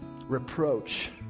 reproach